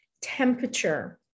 temperature